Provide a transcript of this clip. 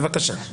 בבקשה.